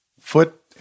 Foot